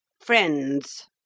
Friends